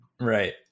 Right